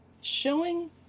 showing